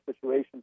situation